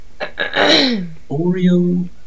Oreo